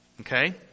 Okay